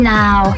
now